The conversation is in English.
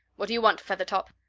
what do you want, feathertop?